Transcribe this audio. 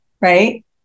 right